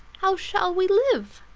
how shall we live?